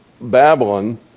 Babylon